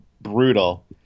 brutal